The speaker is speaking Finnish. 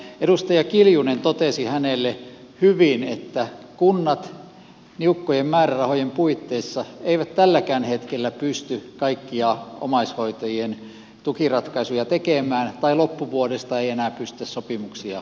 edustaja kiljunen totesi hänelle hyvin että kunnat niukkojen määrärahojen puitteissa eivät tälläkään hetkellä pysty kaikkia omaishoitajien tukiratkaisuja tekemään tai loppuvuodesta ei enää pystytä sopimuksia tekemään